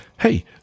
hey